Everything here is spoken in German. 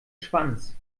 schwanz